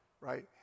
right